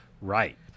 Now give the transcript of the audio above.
Right